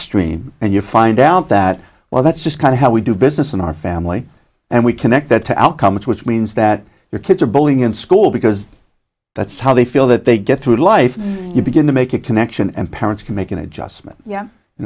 upstream and you find out that well that's just kind of how we do business in our family and we connect that to outcomes which means that your kids are bullying in school because that's how they feel that they get through life you begin to make a connection and parents can make an adjustment yeah you